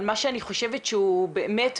על מה שאני חושבת שהוא באמת,